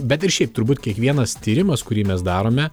bet ir šiaip turbūt kiekvienas tyrimas kurį mes darome